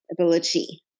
ability